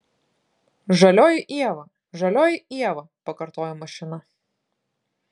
žalioji ieva žalioji ieva pakartojo mašina